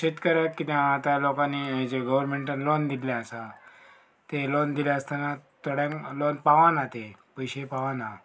शेतकाराक किदें हा आतां लोकांनी हेजे गोवोरमेंटान लॉन दिल्ले आसा तें लॉन दिले आसतना थोड्यांक लॉन पावना तें पयशे पावना